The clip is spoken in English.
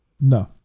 No